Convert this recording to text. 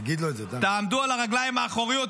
תעמדו על הרגליים האחוריות,